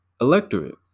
electorate